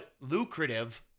lucrative